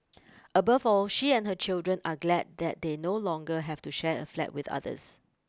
above all she and her children are glad that they no longer have to share a flat with others